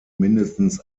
mindestens